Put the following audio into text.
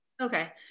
Okay